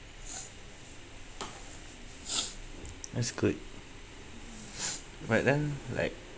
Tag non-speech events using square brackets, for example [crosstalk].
[breath] that's good [breath] but then like